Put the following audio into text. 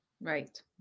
Right